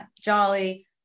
Jolly